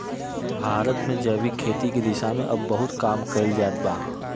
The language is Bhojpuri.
भारत में जैविक खेती के दिशा में अब बहुत काम कईल जात बा